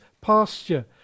pasture